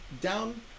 down